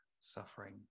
suffering